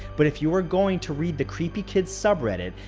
but if you were going to read the creepy kids subreddit,